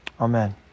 amen